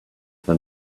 for